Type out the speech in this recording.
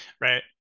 Right